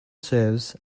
serves